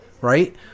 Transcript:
right